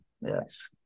Yes